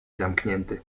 zamknięty